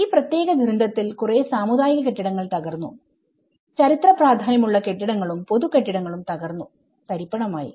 ഈ പ്രത്യേക ദുരന്തത്തിൽ കുറേ സാമുദായിക കെട്ടിടങ്ങൾ തകർന്നു ചരിത്ര പ്രാധാന്യം ഉള്ള കെട്ടിടങ്ങളും പൊതു കെട്ടിടങ്ങളും തകർന്നു തരിപ്പണം ആയി